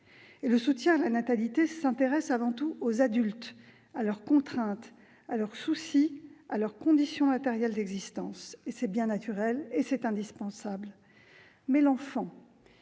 Le soutien à la natalité s'intéresse avant tout aux adultes, à leurs contraintes, à leurs soucis, à leurs conditions matérielles d'existence. C'est bien naturel et c'est indispensable, mais l'enfant